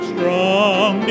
Strong